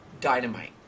dynamite